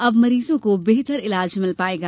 अब मरीजों को बेहतर इलाज मिल पायेगा